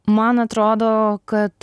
man atrodo kad